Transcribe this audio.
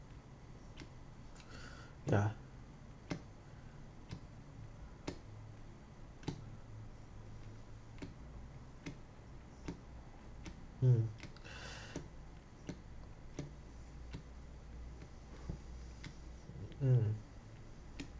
ya mm mm